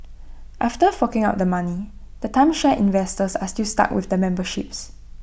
after forking out the money the timeshare investors are still stuck with the memberships